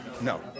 No